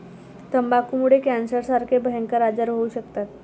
तंबाखूमुळे कॅन्सरसारखे भयंकर आजार होऊ शकतात